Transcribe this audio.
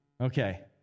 Okay